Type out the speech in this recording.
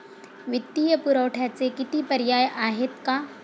वित्तीय पुरवठ्याचे किती पर्याय आहेत का?